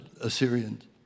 Assyrians